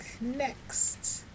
Next